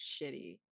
shitty